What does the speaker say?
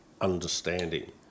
understanding